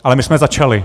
Ale my jsme začali.